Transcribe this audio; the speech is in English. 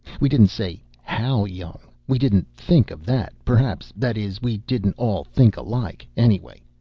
we didn't say how young we didn't think of that, perhaps that is, we didn't all think alike, anyway.